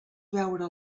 veure